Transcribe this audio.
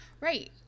right